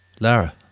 Lara